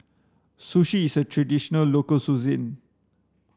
Sushi is a traditional local